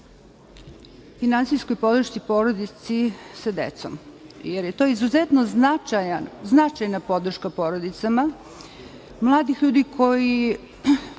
finansijskoj podršci porodici sa decom, jer je to izuzetno značajna podrška porodicama mladih ljudi koji